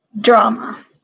drama